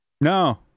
No